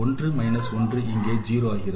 1 1 இங்கே 0 ஆகிறது